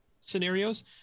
scenarios